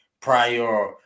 prior